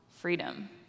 freedom